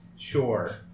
Sure